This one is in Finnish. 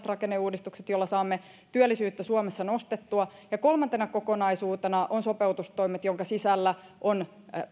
rakenneuudistukset joilla saamme työllisyyttä suomessa nostettua ja kolmantena kokonaisuutena ovat sopeutustoimet joiden sisällä on